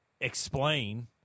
explain